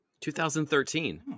2013